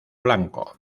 blanco